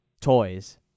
toys